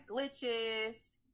glitches